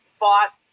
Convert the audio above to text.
fought